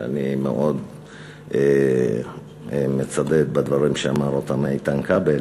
ואני מאוד מצדד בדברים שאמר איתן כבל,